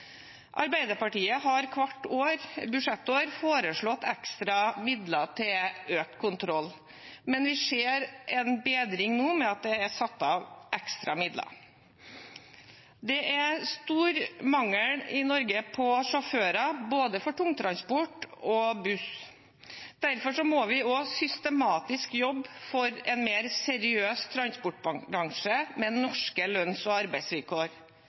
Arbeiderpartiet har hvert budsjettår foreslått ekstra midler til økt kontroll. Vi ser en bedring nå ved at det er satt av ekstra midler. Det er stor mangel i Norge på sjåfører for både tungtransport og buss. Derfor må vi også systematisk jobbe for en mer seriøs transportbransje med norske lønns- og arbeidsvilkår.